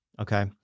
Okay